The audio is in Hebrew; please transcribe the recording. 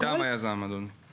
זה מטעם היזם, אדוני.